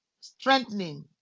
strengthening